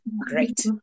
great